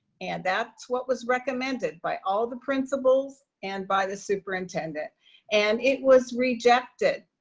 and that's what was recommended by all the principals and by the superintendent and it was rejected.